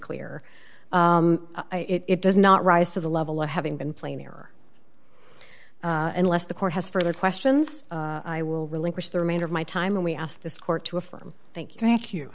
clear it does not rise to the level of having been plainer unless the court has further questions i will relinquish the remainder of my time and we ask this court to affirm thank you thank you